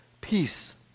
Peace